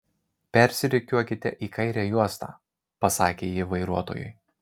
persirikiuokite į kairę juostą pasakė ji vairuotojui